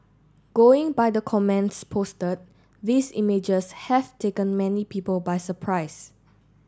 going by the comments posted these images have taken many people by surprise